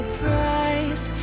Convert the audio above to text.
price